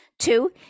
Two